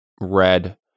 red